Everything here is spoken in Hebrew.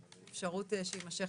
בהסכמת שר האוצר לפי סעיף 19סז